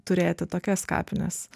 turėti tokias kapines